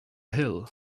hill